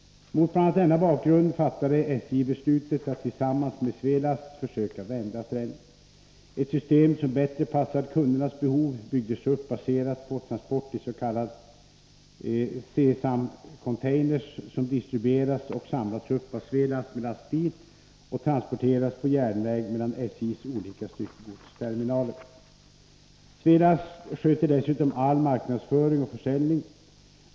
Mot bl.a. denna bakgrund fattade SJ beslutet att tillsammans med Svelast försöka vända trenden. Ett system som bättre passar kundernas behov byggdes upp baserat på transport i s.k. C-samcontainrar, som distribueras och samlas upp av Svelast med lastbil och transporteras på järnväg mellan SJ:s olika styckegodsterminaler. Svelast sköter dessutom all marknadsföring och försäljning.